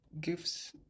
gives